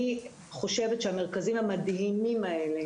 אני חושבת שהמרכזים המדהימים האלה